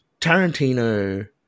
Tarantino